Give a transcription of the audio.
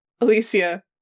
Alicia